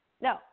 No